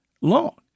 long